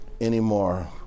anymore